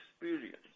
experience